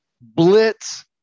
blitz